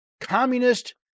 communist